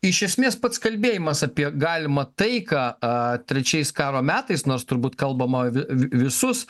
iš esmės pats kalbėjimas apie galimą taiką trečiais karo metais nors turbūt kalbama vi visus